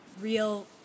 real